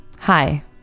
Hi